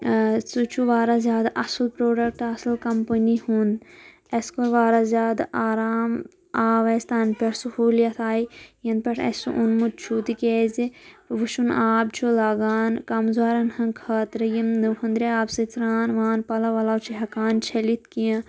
سُہ چھُ وارا زیادٕ اصٕل پرٛوڈکٹ اصٕل کمپٔنی ہُنٛد اَسہِ کوٚر وارا زیادٕ آرام آو اَسہِ تَنہٕ پٮ۪ٹھ سہوٗلِیت آے یَنہٕ پٮ۪ٹھ اَسہِ سُہ اوٚنمُت چھُ تِکیٛازِ وُشُن آب چھُ لگان کمزورن ہٕن خٲطرٕ یِم نہٕ ہُنٛدرِ آبہٕ سۭتۍ سران وان پَلو وَلو چھِ ہٮ۪کان چھٔلِتھ کیٚنٛہہ